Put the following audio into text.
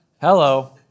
Hello